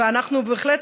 ובהחלט,